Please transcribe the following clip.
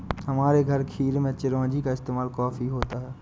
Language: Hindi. हमारे घर खीर में चिरौंजी का इस्तेमाल काफी होता है